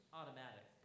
automatic